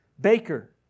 Baker